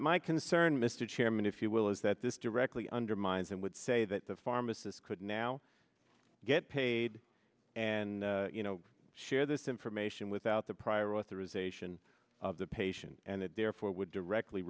my concern mr chairman if you will is that this directly undermines and would say that the pharmacist could now get paid and you know share this information without the prior authorization of the patient and it therefore would directly